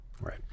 Right